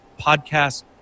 podcast